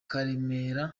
karemera